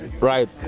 Right